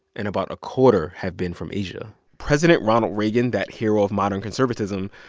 and about a quarter have been from asia. president ronald reagan, that hero of modern conservatism,